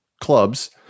Clubs